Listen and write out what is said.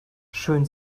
schön